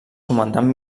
comandant